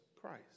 Christ